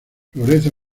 florece